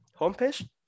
homepage